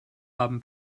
haben